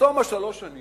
בתום שלוש השנים